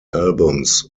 albums